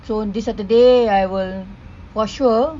so this saturday I will for sure